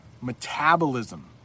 Metabolism